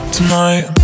Tonight